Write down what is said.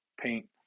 paint